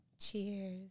Cheers